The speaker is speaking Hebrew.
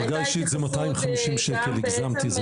דרגה אישית זה מאתיים וחמישים ₪ באמת,